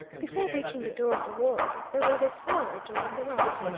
before reaching the door of the ward there was a smaller door on the right.